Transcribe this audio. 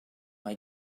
mae